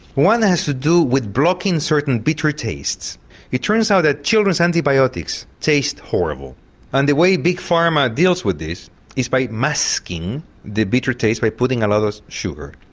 one has to do with blocking certain bitter tastes it turns out that children's antibiotics taste horrible and the way big pharma deals with this is by masking the bitter taste by putting a lot of sugar